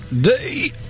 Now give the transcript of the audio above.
day